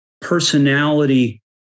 personality